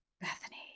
Bethany